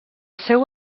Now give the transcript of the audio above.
seu